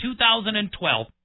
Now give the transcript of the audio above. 2012